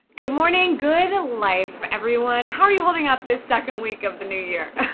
good morning, good life everyone. how are you holding up this second week of the new year?